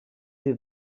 uur